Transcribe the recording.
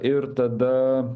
ir tada